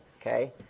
Okay